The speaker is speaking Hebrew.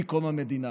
מקום המדינה.